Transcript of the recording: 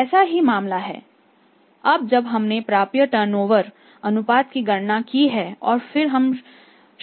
ऐसा ही मामला है अब जब हमने प्राप्य टर्नओवर अनुपात की गणना की है और फिर हम